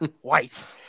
White